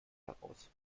heraus